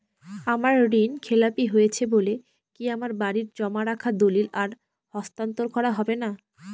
আমার ঋণ খেলাপি হয়েছে বলে কি আমার বাড়ির জমা রাখা দলিল আর হস্তান্তর করা হবে না?